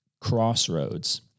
crossroads